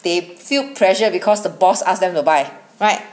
they feel pressure because the boss ask them to buy right